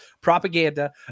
propaganda